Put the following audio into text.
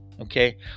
okay